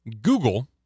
Google